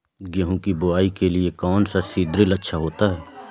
गेहूँ की बुवाई के लिए कौन सा सीद्रिल अच्छा होता है?